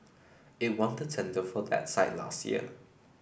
it won the tender for that site last year